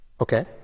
Okay